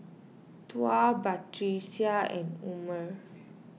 Tuah Batrisya and Umar